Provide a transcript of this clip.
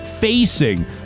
facing